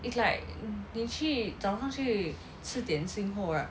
it's like 你去早上去吃点心后 right